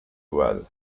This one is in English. well